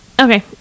okay